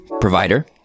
provider